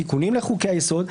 תיקונים לחוקי יסוד,